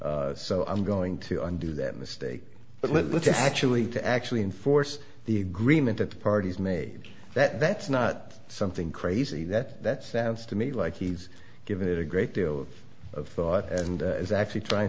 clause so i'm going to undo that mistake but look at actually to actually enforce the agreement that the parties made that that's not something crazy that that sounds to me like he's giving it a great deal of thought and is actually trying